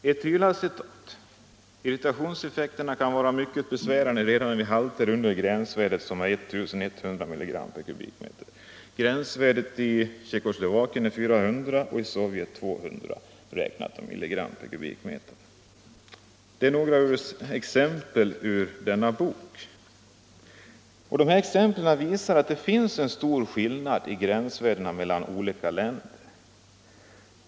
Etylacetat: Irritationseffekterna kan vara mycket besvärande redan vid halter under gränsvärdet om I 100 mg m”. Dessa exempel visar att det finns stor skillnad i gränsvärden länderna emellan.